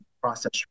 process